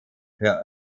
per